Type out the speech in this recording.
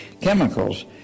chemicals